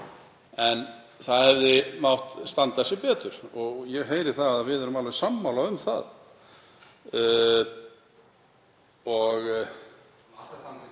En við hefðum mátt standa okkur betur og ég heyri að við erum alveg sammála um það. (NTF: